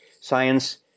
science